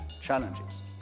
challenges